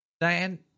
Diane